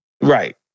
Right